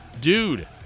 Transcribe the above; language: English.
dude